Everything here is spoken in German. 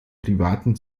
privaten